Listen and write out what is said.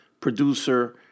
producer